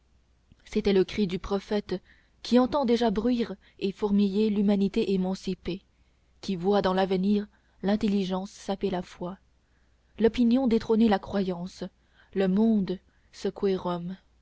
c'était le cri du prophète qui entend déjà bruire et fourmiller l'humanité émancipée qui voit dans l'avenir l'intelligence saper la foi l'opinion détrôner la croyance le monde secouer rome